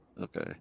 Okay